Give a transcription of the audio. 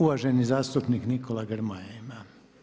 Uvaženi zastupnik Nikola Grmoja.